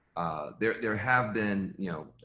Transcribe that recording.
there there have been, you know,